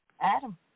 Adam